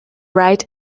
right